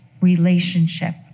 relationship